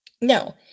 No